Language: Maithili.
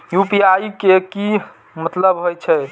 यू.पी.आई के की मतलब हे छे?